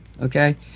okay